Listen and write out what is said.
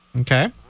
Okay